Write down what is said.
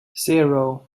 zero